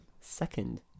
Second